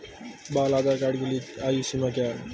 बाल आधार कार्ड के लिए आयु समूह क्या है?